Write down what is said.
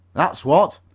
that's what.